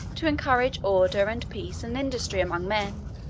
to encourage order, and peace, and industry among men,